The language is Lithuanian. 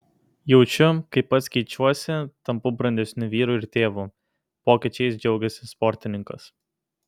jaučiu kaip pats keičiuosi tampu brandesniu vyru ir tėvu pokyčiais džiaugėsi sportininkas